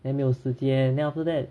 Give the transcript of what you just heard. then 没有时间 then after that